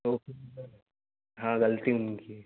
तो हाँ गलती उनकी है